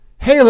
Hey